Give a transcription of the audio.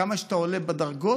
וכמה שאתה עולה בדרגות